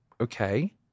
okay